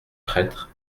prêtres